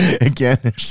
again